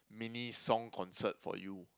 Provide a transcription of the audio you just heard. mini song concert for you